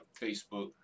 Facebook